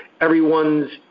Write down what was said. everyone's